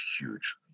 huge